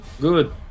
Good